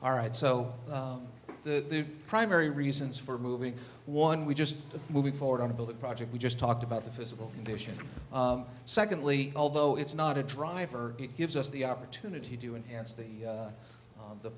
all right so that the primary reasons for moving one we just moving forward on a building project we just talked about the physical condition secondly although it's not a driver it gives us the opportunity do enhanced the